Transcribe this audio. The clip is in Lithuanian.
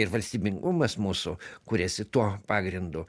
ir valstybingumas mūsų kuriasi tuo pagrindu